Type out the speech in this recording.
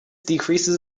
decreases